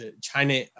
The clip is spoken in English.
China